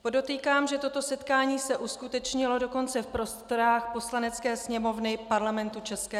Podotýkám, že toto setkání se uskutečnilo dokonce v prostorách Poslanecké sněmovny Parlamentu ČR.